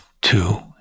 two